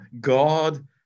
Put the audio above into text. God